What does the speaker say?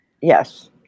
yes